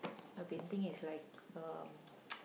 a painting is like um